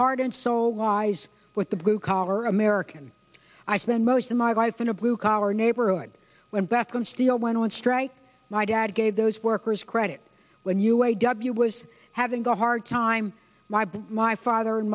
heart and soul lies with the blue collar american i spent most of my life in a blue collar neighborhood when back on steel went on strike my dad gave those workers credit when you i w was having a hard time my boy my father and